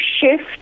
shift